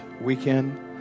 weekend